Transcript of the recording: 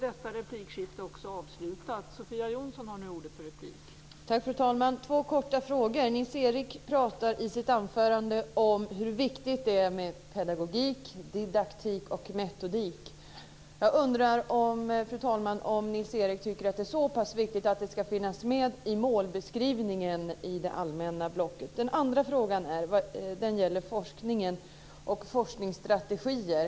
Fru talman! Jag har två korta frågor. Nils-Erik talade i sitt anförande om hur viktigt det är med pedagogik, didaktik och metodik. Jag undrar, fru talman, om Nils-Erik tycker att det är så pass viktigt att det ska finnas med i målbeskrivningen i det allmänna blocket. Den andra frågan gäller forskningen och forskningsstrategier.